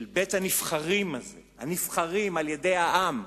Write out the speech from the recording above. של בית-הנבחרים הזה, הנבחרים על-ידי העם,